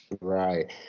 right